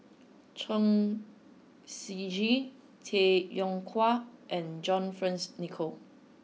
Chen Shiji Tay Yong Kwang and John Fearns Nicoll